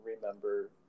remember